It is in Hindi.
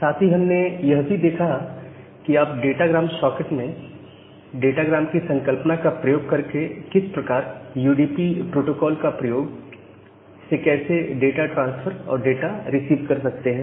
साथ ही हमने यह भी देखा कि आप डाटाग्राम सॉक में डाटाग्राम की संकल्पना का प्रयोग करके किस प्रकार यूडीपी प्रोटोकॉल का प्रयोग से कैसे डाटा ट्रांसफर और डाटा रिसीव कर सकते हैं